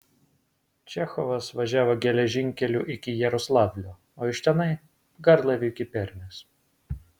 čechovas važiavo geležinkeliu iki jaroslavlio o iš tenai garlaiviu iki permės